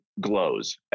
glows